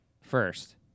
first